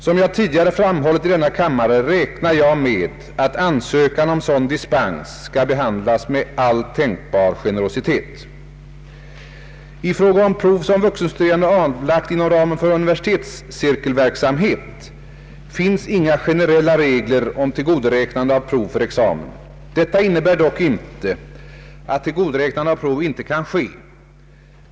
Som jag tidigare framhållit i denna kammare räknar jag med att ansökan om sådan dispens skall behandlas med all tänkbar generositet. I fråga om prov som vuxenstuderande avlagt inom ramen för universitetscirkelverksamhet finns inga generella regler om tillgodoräknande av prov för examen. Detta innebär dock inte att tillgodoräknande av prov inte kan ske.